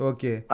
Okay